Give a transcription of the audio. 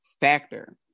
factor